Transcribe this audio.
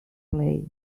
play